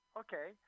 okay